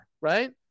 Right